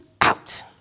out